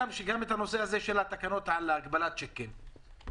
גם את נושא התקנות על הגבלת צ'קים,